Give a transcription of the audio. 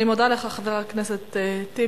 אני מודה לך, חבר הכנסת טיבי.